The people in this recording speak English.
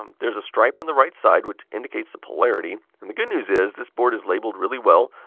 um there's a stripe on the right side, which indicates the polarity. and the good news is, this board is labelled really well.